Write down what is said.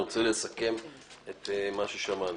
אני רוצה לסכם את מה ששמענו.